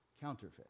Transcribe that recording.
counterfeit